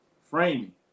framing